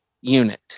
Unit